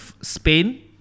Spain